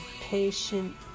patient